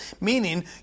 meaning